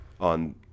on